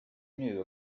knew